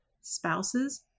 spouses